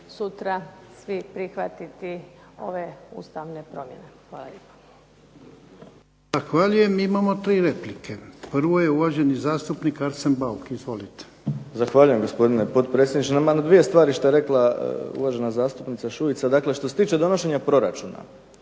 sutra svi prihvatiti ove ustavne promjene. Hvala lijepo. **Jarnjak, Ivan (HDZ)** Zahvaljujem. Imamo tri replike. Prvo je uvaženi zastupnik Arsen Bauk. Izvolite. **Bauk, Arsen (SDP)** Zahvaljujem gospodine potpredsjedniče. Imam dvije stvari što je rekla uvažena gospođa Šuica. Dakle, što se tiče donošenja proračuna.